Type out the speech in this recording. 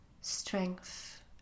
strength